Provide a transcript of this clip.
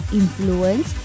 influence